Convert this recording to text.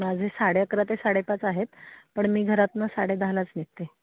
माझे साडे अकरा ते साडेपाच आहेत पण मी घरातून साडेदहालाच निघते